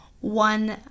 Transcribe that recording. one